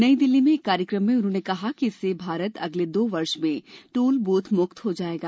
नयी दिल्ली में एक कार्यक्रम में उन्होंने कहा कि इससे भारत अगले दो वर्ष में टोल बूथ मुक्त हो जाएगा